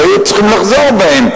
והיו צריכים לחזור מהם,